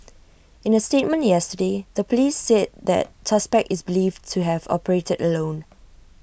in A statement yesterday the Police said that suspect is believed to have operated alone